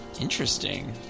interesting